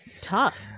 tough